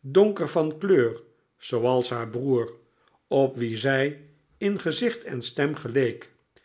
donker van kleur zooals haar broer op wien zij in gezicht en stem geleek